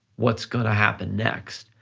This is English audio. what's gonna happen next?